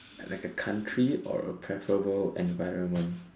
like a country or a preferable environment